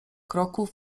kroków